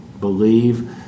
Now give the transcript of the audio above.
believe